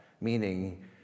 Meaning